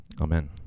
Amen